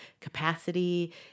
capacity